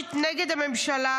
היועמ"שית נגד הממשלה,